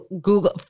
Google